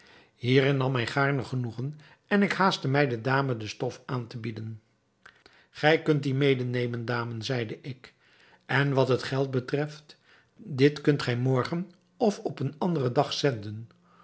hierin nam hij gaarne genoegen en ik haastte mij de dame de stof aan te bieden gij kunt die mede nemen dame zeide ik en wat het geld betreft dit kunt gij morgen of op een anderen dag zenden